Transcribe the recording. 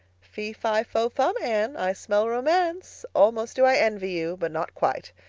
fee fi fo fum, anne. i smell romance. almost do i envy you, but not quite.